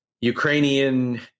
Ukrainian